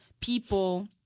people